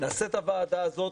נעשה את הוועדה הזאת.